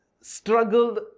struggled